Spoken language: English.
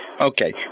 Okay